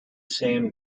same